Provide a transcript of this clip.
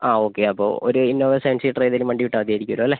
ആ ഓക്കെ അപ്പോൾ ഒരു ഇന്നോവ സെവൻ സീറ്റർ ഏതെങ്കിലും വണ്ടി വിട്ടാൽ മതിയായിരിക്കുമല്ലോ അല്ലേ